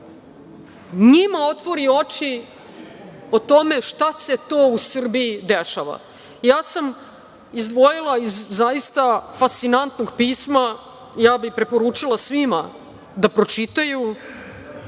njima otvori oči o tome šta se to u Srbiji dešava. Ja sam izdvojila iz zaista fascinantnog pisma, ja bih preporučila svima da pročitaju